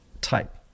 type